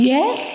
Yes